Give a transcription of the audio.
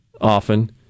often